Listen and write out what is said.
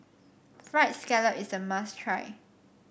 fried scallop is a must try